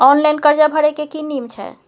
Online कर्जा भरै के की नियम छै?